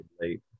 late